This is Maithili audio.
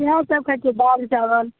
इएहसब खाइ छिए दालि चावल